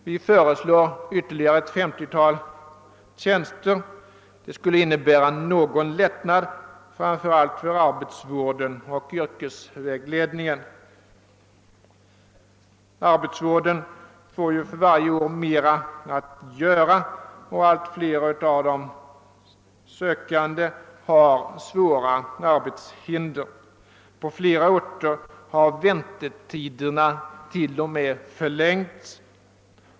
Vi föreslår ytterligare ett 50-tal tjänster, vilket skulle innebära någon lättnad framför allt för arbetsvården och yrkesvägledningen. Arbetsvården får ju varje år mera att göra, och allt fler av de sökande har svåra arbetshinder. På flera orter har väntetiderna t.o.m. förlängts.